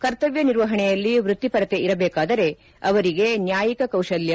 ಕರ್ತವ್ಯ ನಿರ್ವಹಣೆಯಲ್ಲಿ ವ್ಯಕ್ತಿಪರತೆ ಇರಬೇಕಾದರೆ ಅವರಿಗೆ ನ್ಯಾಯಿಕ ಕೌಶಲ್ಯ